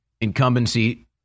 incumbency